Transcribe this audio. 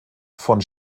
von